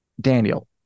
Daniel